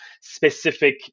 specific